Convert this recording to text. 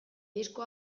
disko